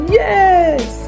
yes